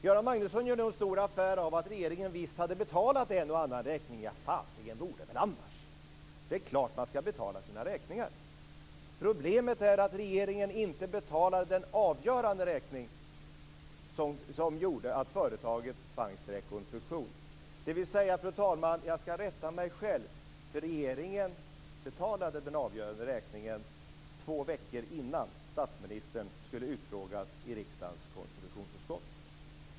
Göran Magnusson gör nu en stor affär av att regeringen visst hade betalat en och annan räkning. Ja, fasingen vore väl annars. Det är klart att man ska betala sina räkningar. Problemet är att regeringen inte betalade den avgörande räkningen som gjorde att företaget tvangs till rekonstruktion. Fru talman! Jag ska rätta mig själv. Regeringen betalade nämligen den avgörande räkningen två veckor innan statsministern skulle utfrågas i riksdagens konstitutionsutskott.